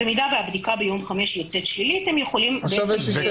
במידה שהבדיקה ביום חמש יוצאת שלילית הם יכולים לצאת.